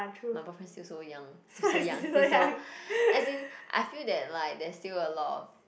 my boyfriend still so young still so young still so as in I feel that like there's still a lot of